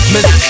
Miss